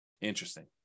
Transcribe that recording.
Interesting